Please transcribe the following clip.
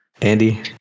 Andy